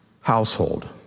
household